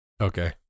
Okay